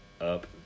up